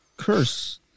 curse